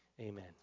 amen